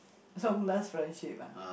friendship ah